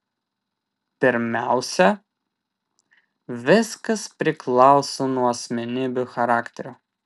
pirmiausia viskas priklauso nuo asmenybių charakterių